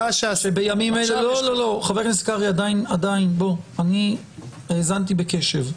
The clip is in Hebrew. מה שעשו --- חבר הכנסת קרעי, האזנתי בקשב.